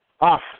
off